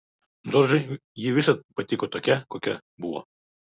džordžui ji visad patiko tokia kokia buvo